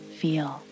feel